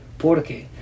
Porque